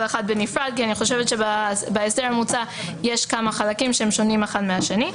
אחד בנפרד כי בהסדר המוצע יש כמה חלקים ששונים אחד מהשני.